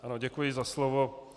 Ano, děkuji za slovo.